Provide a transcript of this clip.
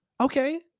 Okay